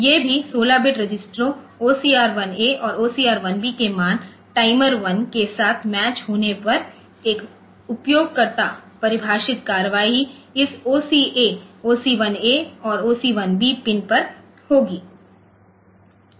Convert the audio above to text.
तो ये भी 16 बिट रजिस्टरों OCR 1A और OCR1 B के मान टाइमर1 के साथ मैच होने पर एक उपयोगकर्ता परिभाषित कार्रवाई इस OCA OC 1 A और OC 1 B पिन पर होगी